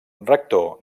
rector